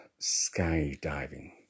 skydiving